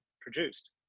produced